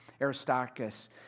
Aristarchus